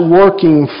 working